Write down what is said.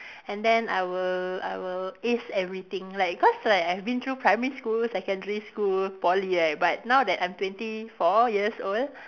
and then I will I will ace everything like cause like I've been through primary school secondary school Poly right but now that I'm twenty four years old